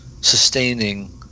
sustaining